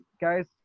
guys